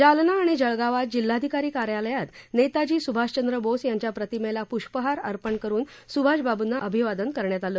जालना आणि जळगावात जिल्हाधिकारी कार्यालयात नेताजी सुभाषचंद्रबोस यांच्या प्रतिमेला प्ष्पहार अर्पणकरुन सुभाषबाबंना अभिवादन करण्यात आलं